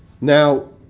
Now